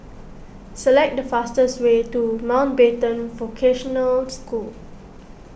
select the fastest way to Mountbatten Vocational School